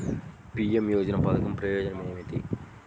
PM యోజన పధకం ప్రయోజనం ఏమితి?